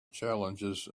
challenges